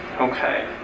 Okay